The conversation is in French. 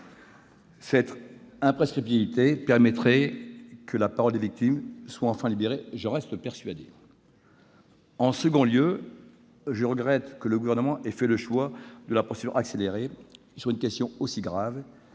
reste persuadé, permettrait que la parole des victimes soit enfin libérée. En deuxième lieu, je regrette que le Gouvernement ait fait le choix de la procédure accélérée. Sur une question aussi grave